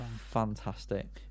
fantastic